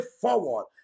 forward